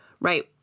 right